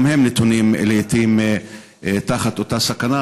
גם הם נתונים לעיתים תחת אותה סכנה.